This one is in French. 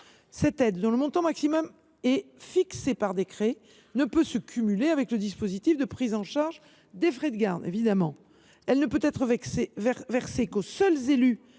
Cette aide, dont le montant maximal est fixé par décret, ne peut se cumuler avec le dispositif de prise en charge des frais de garde. Elle ne peut être versée qu’aux seuls élus